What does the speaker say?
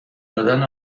دادن